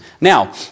Now